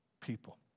people